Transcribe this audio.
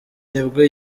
nibwo